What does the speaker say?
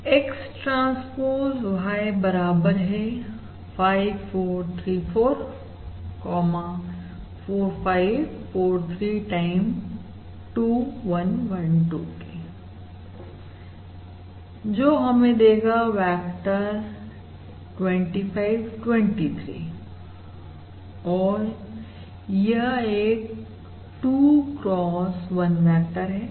X transpose y bar बराबर है 5 4 3 4 4 5 4 3 time 2 1 1 2 के जो हमें देगा वेक्टर 25 23 और यह एक 2 cross 1 वेक्टर है